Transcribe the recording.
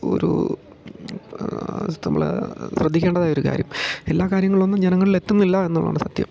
ഒരു നമ്മൾ ശ്രദ്ധിക്കേണ്ടതായ ഒരു കാര്യം എല്ലാ കാര്യങ്ങളൊന്നും ജനങ്ങളിൽ എത്തുന്നില്ല എന്നുള്ളതാണ് സത്യം